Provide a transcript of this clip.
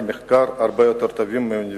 מחקר הרבה יותר טובים באוניברסיטאות.